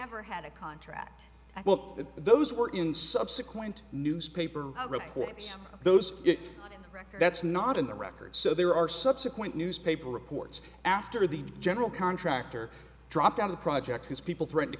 ever had a contract well those were in subsequent newspaper reports those record that's not in the record so there are subsequent newspaper reports after the general contractor dropped on the project his people threaten to